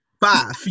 Five